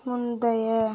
முந்தைய